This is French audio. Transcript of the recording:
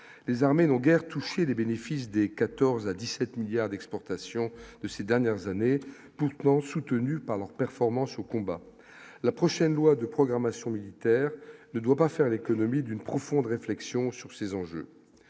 les armées n'ont guère toucher les bénéfices des 14 à 17 milliards d'exportation de ces dernières années, pourtant soutenus par leurs performances au combat, la prochaine loi de programmation militaire ne doit pas faire l'économie d'une profonde réflexion sur ces enjeux,